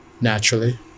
naturally